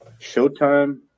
Showtime